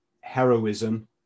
heroism